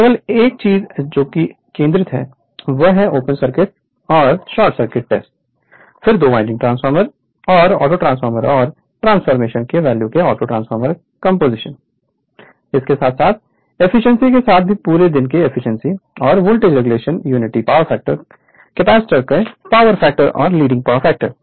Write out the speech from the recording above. केवल एक चीज जो कि केंद्रित है वह है open circuit test short circuit test फिर 2 वाइंडिंग ट्रांसफॉर्मर और ऑटोट्रांसफॉर्मर और ट्रांसफॉर्मेशन के मूल्य के ऑटो ट्रांसफॉर्मर कंपोजिशन और एफिशिएंसी के साथ साथ पूरे दिन की एफिशिएंसी और voltage regulation unity power factor में पावर फैक्टर और लीडिंग पावर फैक्टर